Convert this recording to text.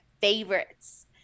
favorites